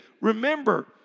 Remember